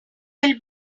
will